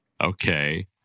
Okay